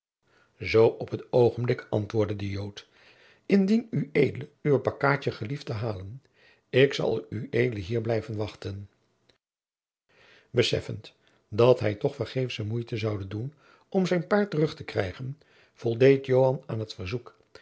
zoo op het oogenblik antwoordde de jood indien ued uwe pakkaadje gelieft te halen ik zal ued hier blijven wachten beseffend dat hij toch vergeefsche moeite zoude doen om zijn paard terug te krijgen voldeed joan aan het verzoek